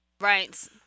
Right